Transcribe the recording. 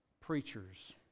preachers